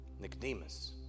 Nicodemus